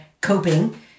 coping